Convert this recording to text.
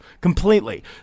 completely